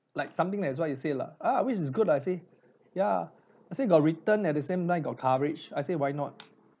like something that is what you said lah ah which is good lah I say ya I say got return at the same time got coverage I say why not